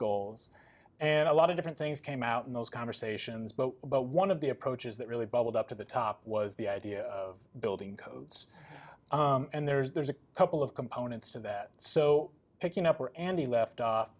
goals and a lot of different things came out in those conversations but one of the approaches that really bubbled up to the top was the idea of building codes and there's a couple of components to that so picking up where andy left off